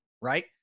right